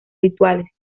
rituales